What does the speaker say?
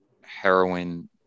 heroin